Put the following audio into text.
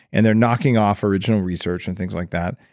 and they're knocking off original research and things like that.